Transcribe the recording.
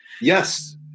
Yes